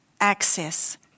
access